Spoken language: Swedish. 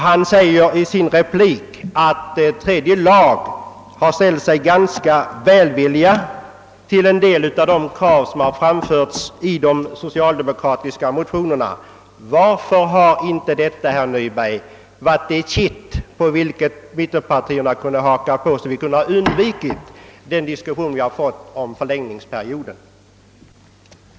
Han säger i sin replik att tredje lagutskottet har ställt sig ganska välvilligt till de krav som har framförts i de socialdemokratiska motionerna. Varför har inte detta, herr Nyberg, fått mittenpartierna att haka på dessa förslag, så att de har kunnat undvika den dispyt vi har haft om förlängningen av Öövergångsperioden.